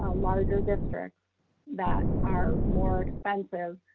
a lot of those districts that are more expensive,